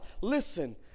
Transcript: listen